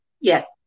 Yes